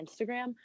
Instagram